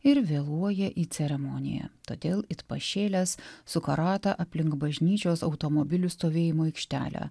ir vėluoja į ceremoniją todėl it pašėlęs suka ratą aplink bažnyčios automobilių stovėjimo aikštelę